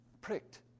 pricked